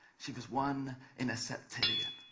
she was one in a septillion,